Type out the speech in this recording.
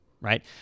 right